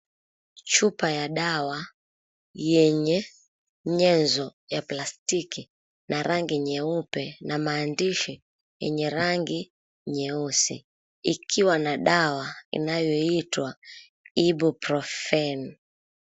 Chupa ya dawa yenye nyenzo ya plastiki na rangi nyeupe na maandishi yenye rangi nyeusi. Ikiwa na dawa inayoitwa Ibuprofen.